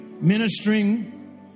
ministering